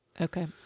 Okay